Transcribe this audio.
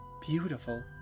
Beautiful